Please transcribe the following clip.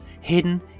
hidden